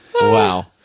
Wow